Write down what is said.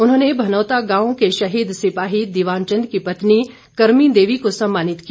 उन्होंने भनौता गांव के शहीद सिपाही दीवान चंद की पत्नी कर्मी देवी को सम्मानित किया